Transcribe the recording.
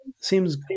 seems